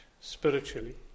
spiritually